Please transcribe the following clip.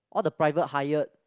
what the private hired